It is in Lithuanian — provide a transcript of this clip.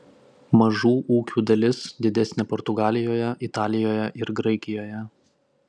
mažų ūkių dalis didesnė portugalijoje italijoje ir graikijoje